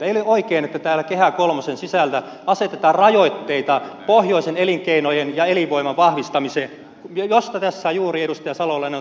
ei ole oikein että täällä kehä kolmosen sisällä asetetaan rajoitteita pohjoisen elinkeinojen ja elinvoiman vahvistamiseen mistä tässä juuri edustaja salolainen on täysin kyse